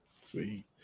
See